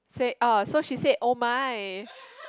said ah so she said oh my